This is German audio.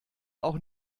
auch